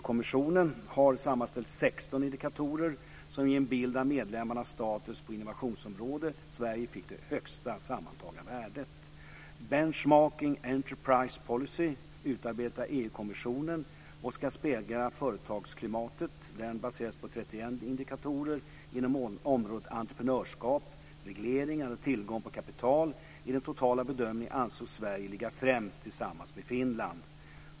kommissionen, har sammanställt 16 indikatorer som ger en bild av medlemsländernas status på innovationsområdet. Sverige fick det högsta sammantagna värdet. Benchmarking Enterprise Policy, som är utarbetad av EU-kommisionen för att spegla företagsklimatet och baseras på 31 indikatorer inom områdena entreprenörskap, regleringar och tillgång på kapital, ansåg i sin totala bedömning Sverige ligga främst, tillsammans med Finland.